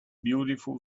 beautiful